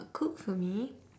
cook for me